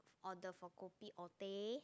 order for kopi or teh